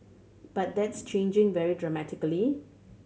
but that's changing very dramatically